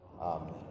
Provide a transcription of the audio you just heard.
Amen